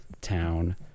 town